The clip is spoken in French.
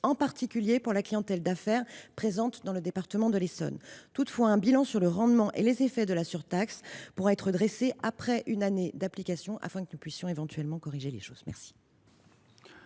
en particulier pour la clientèle d’affaires présente dans le département de l’Essonne. Toutefois, un bilan sur le rendement et les effets de la surtaxe pourra être dressé après une année d’application pour que nous puissions éventuellement corriger les choses. La